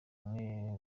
bamwe